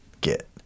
get